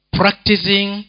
practicing